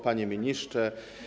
Panie Ministrze!